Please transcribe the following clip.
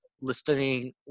listening